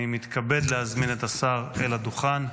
אני מתכבד להזמין את השר אל הדוכן.